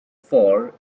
for